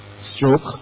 stroke